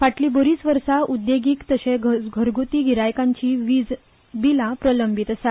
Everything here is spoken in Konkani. फांटली बरीच वर्सां उद्येगिक तशेच घरग्ती गि हायकांची वीज बिलां प्रलंबित आसा